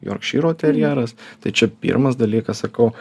jorkšyro terjeras tai čia pirmas dalykas sakau